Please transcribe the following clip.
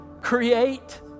Create